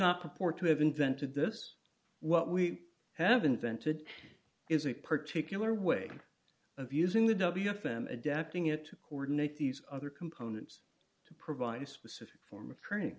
not purport to have invented this what we have invented is a particular way of using the w f them adapting it to coordinate these other components to provide a specific form of training